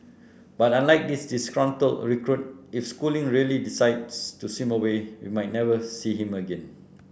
but unlike this disgruntled recruit if Schooling really decides to swim away we might never see him again